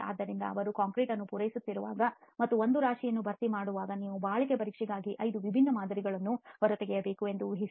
ಆದ್ದರಿಂದ ಅವರು ಕಾಂಕ್ರೀಟ್ ಅನ್ನು ಪೂರೈಸುತ್ತಿರುವಾಗ ಮತ್ತು ಒಂದು ರಾಶಿಯನ್ನು ಭರ್ತಿ ಮಾಡುವಾಗ ನೀವು ಬಾಳಿಕೆ ಪರೀಕ್ಷೆಗಳಿಗಾಗಿ 5 ವಿಭಿನ್ನ ಮಾದರಿಗಳನ್ನು ಹೊರತೆಗೆಯಬೇಕು ಎಂದು ಊಹಿಸಿ